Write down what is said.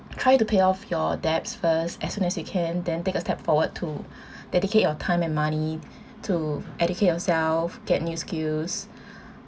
try to pay off your debts first as soon as you can then take a step forward to dedicate your time and money to educate yourself get new skills